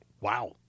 Wow